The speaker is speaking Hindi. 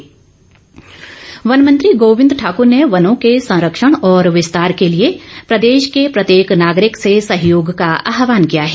गोविंद ठाकुर वन मंत्री गोविंद ठाकर ने वनों के संरक्षण और विस्तार के लिए प्रदेश के प्रत्येक नागरिक से सहयोग का आहवान किया है